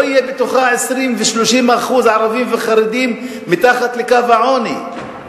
לא יהיו בתוכה 20% ו-30% ערבים וחרדים מתחת לקו העוני.